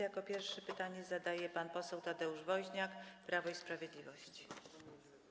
Jako pierwszy pytanie zadaje pan poseł Tadeusz Woźniak, Prawo i Sprawiedliwość.